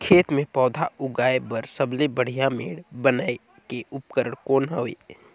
खेत मे पौधा उगाया बर सबले बढ़िया मेड़ बनाय के उपकरण कौन हवे?